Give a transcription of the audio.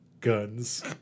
guns